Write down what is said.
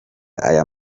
aya